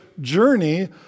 journey